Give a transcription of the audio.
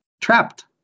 trapped